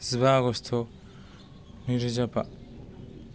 जिबा आगष्ट नैरोजा बा